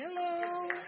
Hello